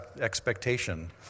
expectation